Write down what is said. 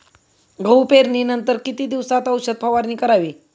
गहू पेरणीनंतर किती दिवसात औषध फवारणी करावी?